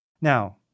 Now